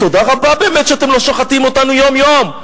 תודה רבה, באמת, שאתם לא שוחטים אותנו יום-יום.